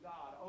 God